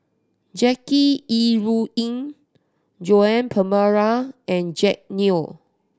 Jackie Yi Ru Ying Joan Pereira and Jack Neo